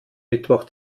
mittwoch